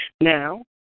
Now